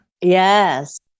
Yes